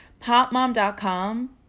popmom.com